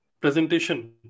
presentation